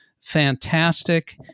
fantastic